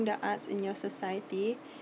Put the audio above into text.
the arts in your society